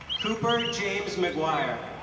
cooper james mcguire